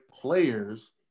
players